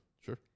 Sure